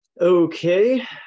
Okay